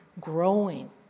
growing